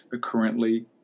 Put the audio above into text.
currently